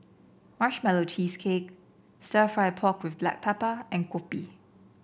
Marshmallow Cheesecake stir fry pork with Black Pepper and Kopi